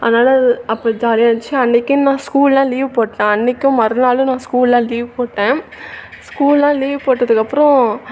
அதனால் அது அப்போ ஜாலியா இருந்துச்சி அன்றைக்கே நான் ஸ்கூல்லாம் லீவ் போட்டேன் அன்றைக்கும் மறுநாளும் நான் ஸ்கூல்லாம் லீவ் போட்டேன் ஸ்கூல்லாம் லீவ் போட்டதுக்கப்புறோம்